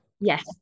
Yes